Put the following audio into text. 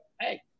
hey